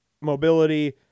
mobility